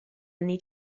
anni